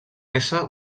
ésser